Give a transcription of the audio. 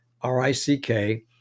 R-I-C-K